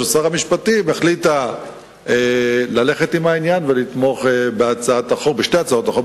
שר המשפטים החליטה ללכת עם העניין ולתמוך בשתי הצעות החוק,